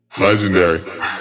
Legendary